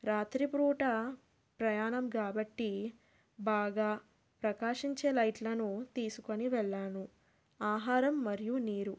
రాత్రి ప్రూట ప్రయాణం కాబట్టి బాగా ప్రకాశించే లైట్లను తీసుకొని వెళ్ళాను ఆహారం మరియు నీరు